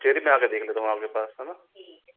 cherry मैं आकर देख लेता हूँ आपके पास है न